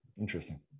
Interesting